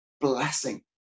blessing